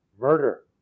murder